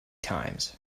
times